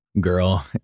Girl